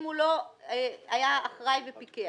אם הוא לא היה אחראי ופיקח?